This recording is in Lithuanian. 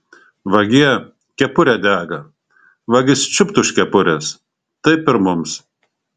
vagie kepurė dega vagis čiupt už kepurės taip ir mums